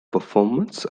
performance